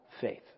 faith